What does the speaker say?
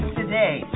today